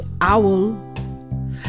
owl